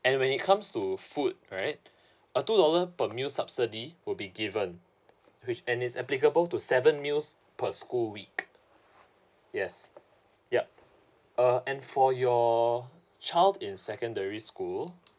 and when it comes to food right a two dollar per meal subsidy will be given which and is applicable to seven meals per school week yes yup uh and for your child in secondary school